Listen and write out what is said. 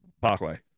Parkway